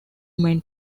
main